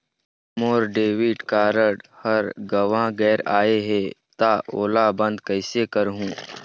मोर debit card हर गंवा गैर गए हे त ओला बंद कइसे करहूं?